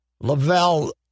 Lavelle